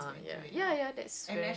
ah